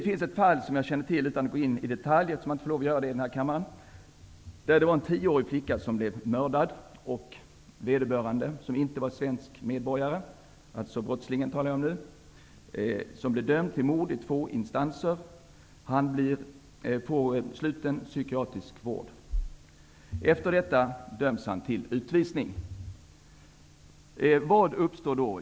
I ett fall, som jag inte skall gå in på i detalj, eftersom jag inte får lov att göra det här i kammaren, blev en tioårig flicka mördad, och brottslingen, som inte var svensk medborgare, dömdes för mord, i två instanser, till sluten psykiatrisk vård och därefter till utvisning. Vad hände då?